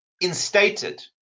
instated